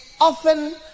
often